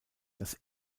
das